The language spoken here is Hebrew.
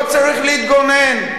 לא צריך להתגונן,